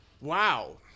Wow